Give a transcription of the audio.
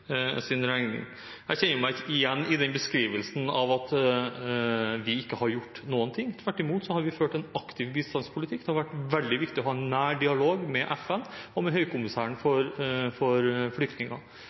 Jeg kjenner meg ikke igjen i beskrivelsen, at vi ikke har gjort noen ting. Tvert imot har vi ført en aktiv bistandspolitikk. Det har vært veldig viktig å ha en nær dialog med FN og med Høykommissæren